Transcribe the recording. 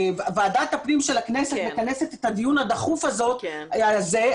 ועדת הפנים של הכנסת מכנסת את הדיון הדחוף הזה על